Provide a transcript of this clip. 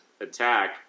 attack